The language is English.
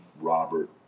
Robert